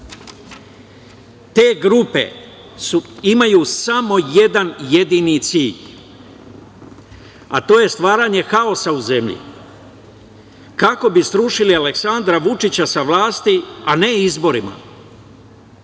Te grupe imaju samo jedan jedini cilj, a to je stvaranje haosa u zemlji, kako bi srušili Aleksandra Vučića sa vlasti, a ne izborima,